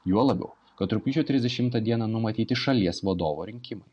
juo labiau kad rugpjūčio trisdešimtą dieną numatyti šalies vadovo rinkimai